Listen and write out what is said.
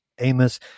Amos